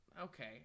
Okay